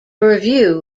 review